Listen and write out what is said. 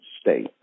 state